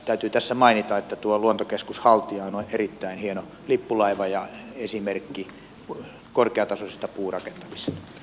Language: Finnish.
täytyy tässä mainita että luontokeskus haltia on erittäin hieno lippulaiva ja esimerkki korkeatasoisesta puurakentamisesta